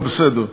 אבל בסדר.